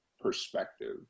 perspective